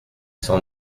cent